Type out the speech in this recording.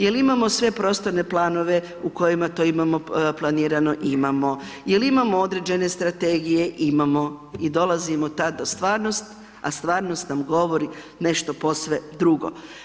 Je li imamo sve prostorne planove u kojima to imamo planirano, imamo ili imamo određene strategije, imamo, i dolazimo tad u stvarnost, a stvarnost nam govori nešto posve drugo.